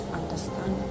understand